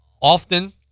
often